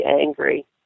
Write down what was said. angry